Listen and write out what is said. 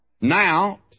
Now